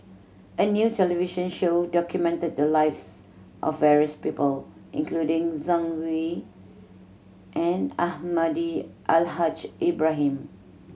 a new television show documented the lives of various people including Zhang Hui and Almahdi Al Haj Ibrahim